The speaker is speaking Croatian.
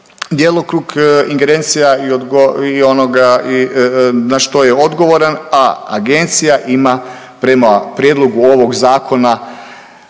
djelokrug ingerencija na što je odgovoran, a agencija ima prema prijedlogu ovog zakona